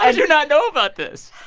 and you not know about this?